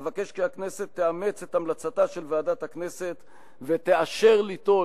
אבקש כי הכנסת תאמץ את המלצתה של ועדת הכנסת ותאשר ליטול